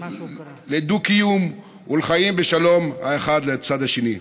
לדו-קיום ולחיים בשלום האחד לצד השני.